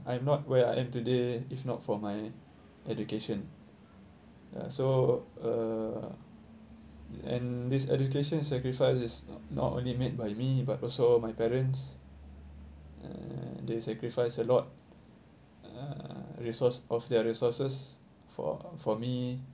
I am not where I am today if not for my education ya so uh and this education sacrifice is not only made by me but also my parents uh they sacrifice a lot uh resource of their resources for for me